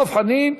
דב חנין,